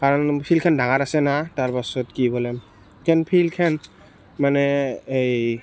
কাৰণ ফিল্ডখন ডাঙৰ আছে না তাৰ পাছত কি বোলে সেইখন ফিল্ডখন মানে এই